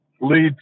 lead